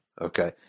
Okay